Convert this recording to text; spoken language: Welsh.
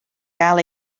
gael